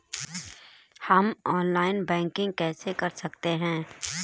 हम online banking कैसे कर सकते हैं?